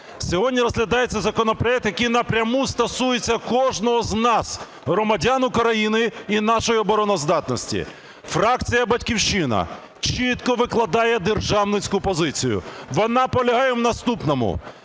Сьогодні розглядається законопроект, який напряму стосується кожного з нас, громадян України, і нашої обороноздатності. Фракція "Батьківщина" чітко викладає державницьку позицію. Вона полягає в наступному.